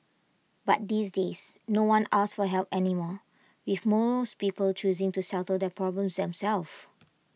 but these days no one asks for help anymore if most people choosing to settle their problems themselves